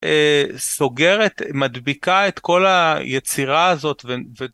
סוגרת, מדביקה את כל היצירה הזאת